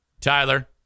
Tyler